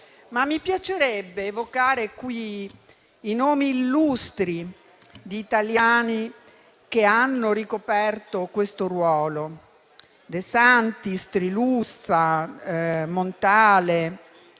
ma mi piacerebbe evocare in questa sede i nomi illustri di italiani che hanno ricoperto questo ruolo: De Sanctis, Trilussa, Montale,